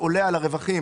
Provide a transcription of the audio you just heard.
הכוונה הייתה לגבי רווחים